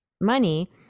money